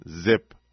zip